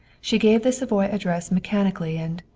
she gave the savoy address mechanically and,